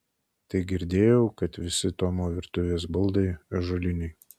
tai girdėjau kad visi tomo virtuvės baldai ąžuoliniai